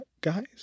guys